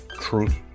truth